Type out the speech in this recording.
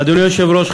אדוני היושב-ראש,